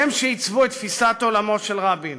הם שעיצבו את תפיסת עולמו של רבין,